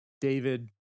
David